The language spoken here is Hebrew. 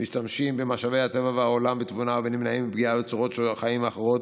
משתמשים במשאבי הטבע והעולם בתבונה ונמנעים מפגיעה בצורות חיים אחרות,